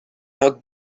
now